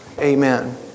amen